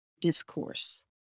discourse